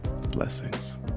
blessings